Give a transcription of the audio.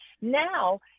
Now